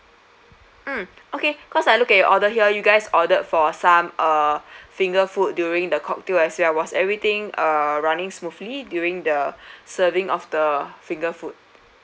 mm okay cause I look at your order here you guys ordered for some uh finger food during the cocktail as well was everything uh running smoothly during the serving of the finger food